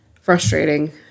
frustrating